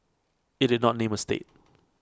IT did not name A state